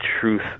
truth